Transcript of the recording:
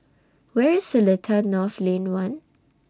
Where IS Seletar North Lane one